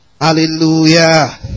Hallelujah